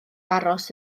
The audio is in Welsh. aros